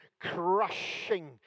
crushing